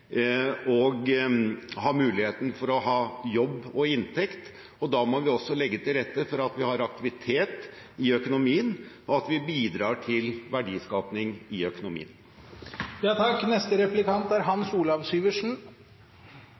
og ha muligheten for å ha jobb og inntekt. Da må vi også legge til rette for at vi har aktivitet i økonomien, og at vi bidrar til verdiskaping i